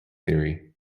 theory